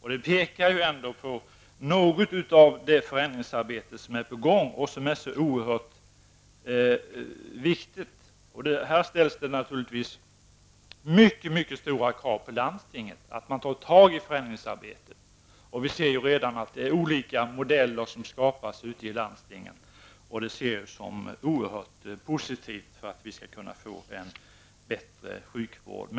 Detta pekar ändå på något av det förändringsarbete som är på gång och som är oerhört viktigt. Naturligtvis ställs det mycket stora krav på landstingen att ta tag i förändringsarbetet. Vi ser redan olika modeller som skapas ute i landstingen. Jag ser det som oerhört positivt, för att vi skall kunna få en bättre sjukvård.